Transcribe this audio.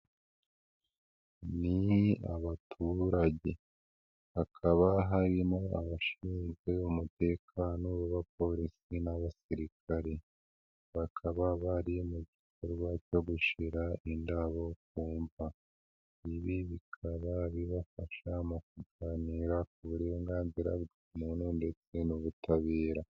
Ni abaturage hakaba harimo abashinzwe umutekano w'abaporisi n'abasirikare bakaba bari mu gikorwa cyo gushyira indabo ku mva ibi bikaba bibafasha mu kuganira ku burenganzira bwa muntu ndetse n'ubutabera.